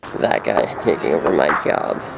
that guy taking over my job.